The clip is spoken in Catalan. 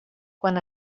quan